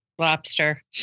lobster